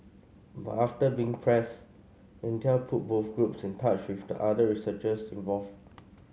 but after being pressed Intel put both groups in touch with the other researchers involved